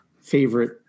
favorite